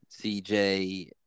CJ